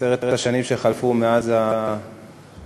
עשר השנים שחלפו מאז העקירה,